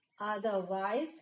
Otherwise